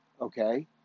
okay